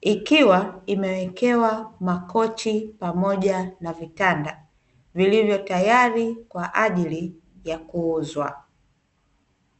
ikiwa imewekewa makochi pamoja na vitanda vilivyo tayari kwa ajili ya kuuzwa.